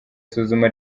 suzuma